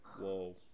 Whoa